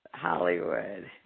Hollywood